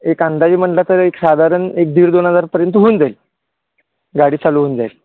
एक अंदाजे म्हणलं तर एक साधारण एक दीड दोन हजारपर्यंत होऊन जाईल गाडी चालू होऊन जाईल